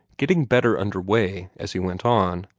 getting better under way as he went on.